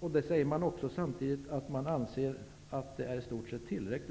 Samtidigt säger man att man anser att detta i stort sett är tillräckligt.